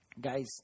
Guys